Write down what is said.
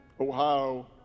ohio